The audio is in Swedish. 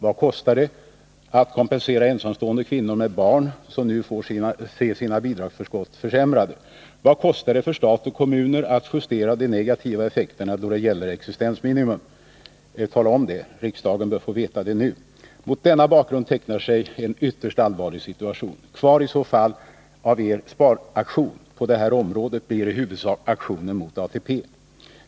Vad kostar det att kompensera ensamstående kvinnor med barn som nu får se sina bidragsförskott försämrade? Vad kostar det för stat och kommuner att justera de negativa effekterna då det gäller existensminimum? Tala om detta! Riksdagen bör få veta det nu. Mot denna bakgrund tecknar sig en ytterst allvarlig situation. Kvar i så fall av er sparaktion på detta område blir i huvudsak aktionen mot ATP.